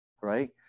right